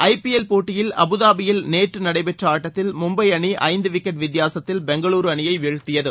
ஐ PL போட்டியில் அபுதாபியில் நேற்றுநடைபெற்றஆட்டத்தில் மும்பை அணிஐந்துவிக்கெட் வித்தியாசத்தில் பெங்களுர் அணியைவீழ்த்தியது